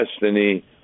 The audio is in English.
destiny